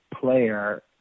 player